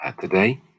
today